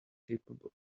capable